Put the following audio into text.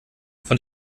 von